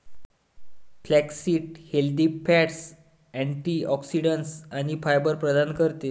flaxseed healthy fats, antioxidants आणि fibre प्रदान करते